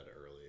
early